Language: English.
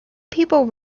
people